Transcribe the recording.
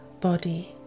body